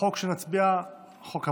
לחוק הבא שנצביע עליו,